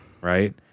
right